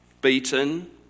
beaten